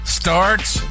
starts